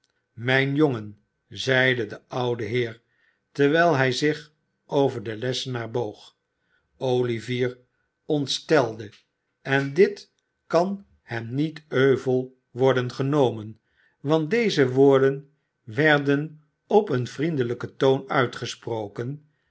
mijn jongen zeide de oude heer terwijl hij zich over den lessenaar boog olivier ontstelde en dit kan hem niet euvel worden genomen want deze woorden werden op een vriendelijken toon uitgesproken